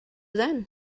then